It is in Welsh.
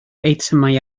eitemau